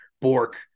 Bork